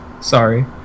Sorry